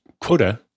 quota